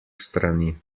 strani